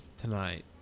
tonight